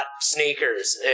sneakers